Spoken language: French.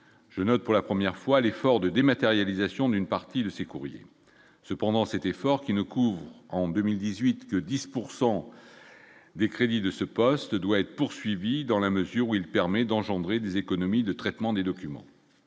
je note pour la première fois l'effort de dématérialisation d'une partie de ces courriers cependant cet effort, qui ne couvre en 2018 que 10 pourcent des crédits de ce poste doit être poursuivie dans la mesure où il permet d'engendrer des économies de traitement des documents,